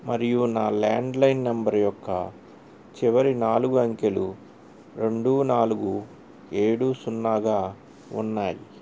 మరియు నా landline number యొక్క చివరి నాలుగు అంకెలు రెండు నాలుగు ఏడు సున్నాగా ఉన్నాయి